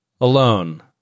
alone